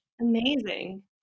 Amazing